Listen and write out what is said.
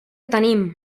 tenim